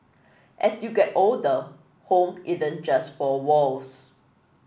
as you get older home isn't just four walls